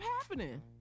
happening